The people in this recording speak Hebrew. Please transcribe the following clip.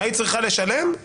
היית צריכה לשלם,